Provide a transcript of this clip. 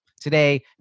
Today